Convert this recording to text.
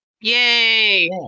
yay